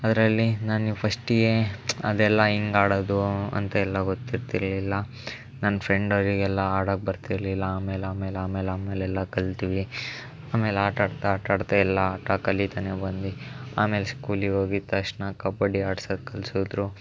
ಅದರಲ್ಲಿ ನಾನು ಫಷ್ಟಿಗೆ ಅದೆಲ್ಲ ಹೆಂಗೆ ಆಡೋದು ಅಂತ ಎಲ್ಲ ಗೊತ್ತಿರ್ತಾ ಇರಲಿಲ್ಲ ನನ್ನ ಫ್ರೆಂಡ್ ಅವರಿಗೆಲ್ಲ ಆಡಕ್ಕೆ ಬರ್ತಿರಲಿಲ್ಲ ಆಮೇಲೆ ಆಮೇಲೆ ಆಮೇಲೆ ಆಮೇಲೆ ಎಲ್ಲ ಕಲಿತ್ವಿ ಆಮೇಲೆ ಆಟ ಆಡ್ತಾ ಆಟ ಆಡ್ತಾ ಎಲ್ಲ ಆಟ ಕಲೀತಾನೆ ಬಂದ್ವಿ ಆಮೇಲೆ ಸ್ಕೂಲಿಗೆ ಹೋಗಿದ್ದ ತಕ್ಷಣ ಕಬಡ್ಡಿ ಆಡ್ಸಕ್ಕೆ ಕಲ್ಸಿದ್ರು